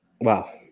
Wow